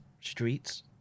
streets